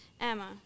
Emma